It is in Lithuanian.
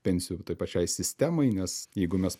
pensijų tai pačiai sistemai nes jeigu mes